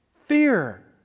fear